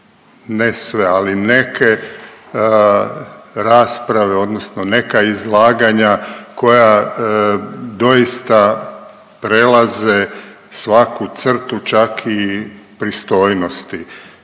ne sve ali neke rasprave odnosno neka izlaganja koja doista prelaze svaku crtu čak i pristojnosti.